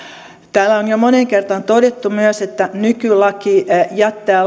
täällä on jo moneen kertaan todettu myös että nykylaki jättää